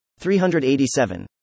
387